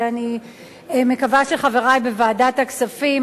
ואני מקווה שחברי בוועדת הכספים,